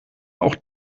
auch